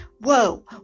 Whoa